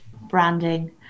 branding